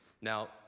Now